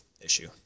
issue